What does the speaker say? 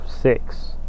six